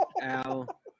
Al